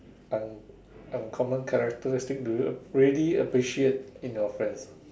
un~ uncommon characteristic do you really appreciate in your friends